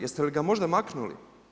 Jeste li ga možda maknuli?